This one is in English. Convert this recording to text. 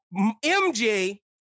MJ